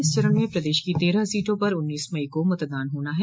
इस चरण में प्रदेश की तेरह सीटों पर उन्नीस मई को मतदान होना है